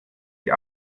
die